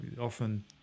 often